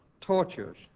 tortures